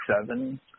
seven